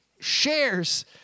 shares